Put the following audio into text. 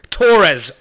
Torres